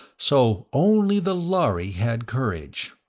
so only the lhari had courage?